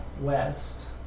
west